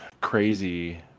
crazy